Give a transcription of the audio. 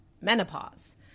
menopause